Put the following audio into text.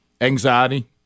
Anxiety